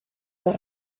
los